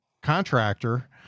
contractor